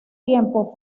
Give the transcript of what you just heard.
tiempo